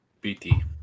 bt